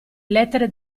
lettere